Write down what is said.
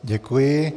Děkuji.